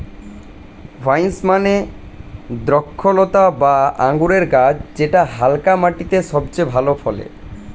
vines মানে দ্রক্ষলতা বা আঙুরের গাছ যেটা হালকা মাটিতে সবচেয়ে ভালো ফলে